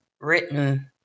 written